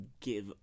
give